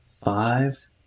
Five